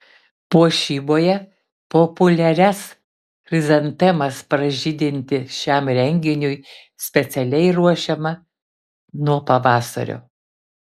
puošyboje populiarias chrizantemas pražydinti šiam renginiui specialiai ruošiama nuo pavasario